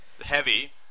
heavy